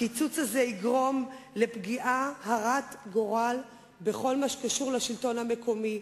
הקיצוץ הזה יגרום לפגיעה הרת גורל בכל מה שקשור לשלטון המקומי.